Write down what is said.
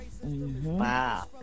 Wow